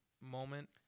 moment